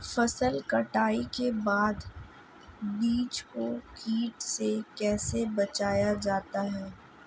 फसल कटाई के बाद बीज को कीट से कैसे बचाया जाता है?